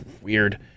weird